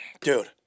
Dude